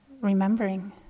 remembering